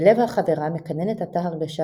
בלב החברה מקננת עתה הרגשה,